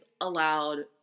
allowed